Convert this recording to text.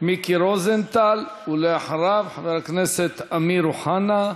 מיקי רוזנטל, ואחריו, חבר הכנסת אמיר אוחנה.